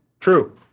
True